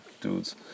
dudes